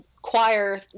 Choir